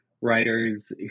writers